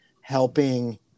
helping